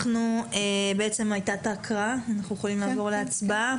הייתה הקראה, אנחנו יכולים לעבור להצבעה.